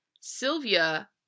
Sylvia